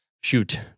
Shoot